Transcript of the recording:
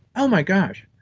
oh my gosh,